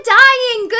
dying